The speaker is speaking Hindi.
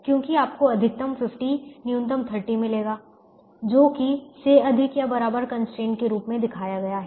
क्योंकि आपको अधिकतम 50 न्यूनतम 30 मिलेगा जो से अधिक या बराबर कंस्ट्रेंट के रूप में दिखाया गया है